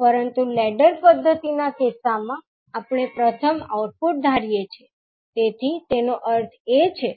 પરંતુ લેડર પદ્ધતિ ના કિસ્સામાં આપણે પ્રથમ આઉટપુટ ધારીએ છીએ તેથી તેનો અર્થ એ છે